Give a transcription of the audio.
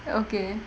okay